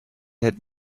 had